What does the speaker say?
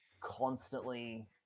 constantly